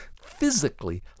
physically